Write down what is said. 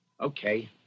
Okay